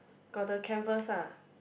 got the canvas ah